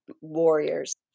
warriors